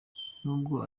nubwo